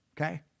okay